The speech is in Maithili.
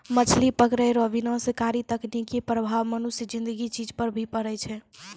मछली पकड़ै रो विनाशकारी तकनीकी प्रभाव मनुष्य ज़िन्दगी चीज पर भी पड़ै छै